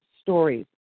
stories